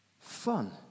Fun